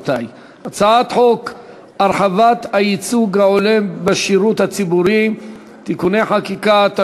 הצעת חוק הרחבת הייצוג ההולם בשירות הציבורי (תיקוני חקיקה),